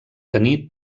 tenir